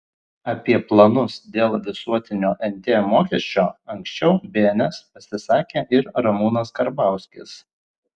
apie planus dėl visuotinio nt mokesčio anksčiau bns pasisakė ir ramūnas karbauskis